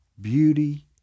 beauty